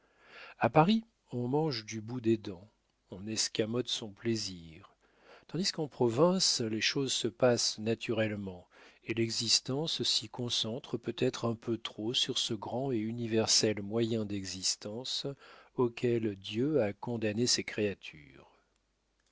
a paris on mange du bout des dents on escamote son plaisir tandis qu'en province les choses se passent naturellement et l'existence s'y concentre peut-être un peu trop sur ce grand et universel moyen d'existence auquel dieu a condamné ses créatures